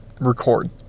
record